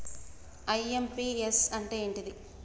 IMPS అంటే ఏంటిది?